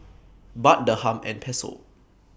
Baht Dirham and Peso